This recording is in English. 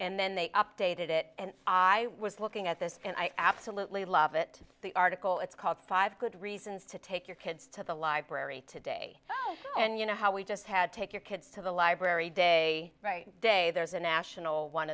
then they updated it and i was looking at this and i absolutely love it the article it's called five good reasons to take your kids to the library today and you know how we just had to take your kids to the library day right day there's a national one